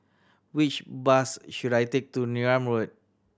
which bus should I take to Neram Road